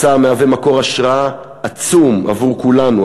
מסע המהווה מקור השראה עצום לכולנו,